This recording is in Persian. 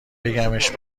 بگمش